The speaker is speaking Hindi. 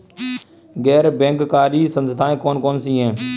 गैर बैंककारी संस्थाएँ कौन कौन सी हैं?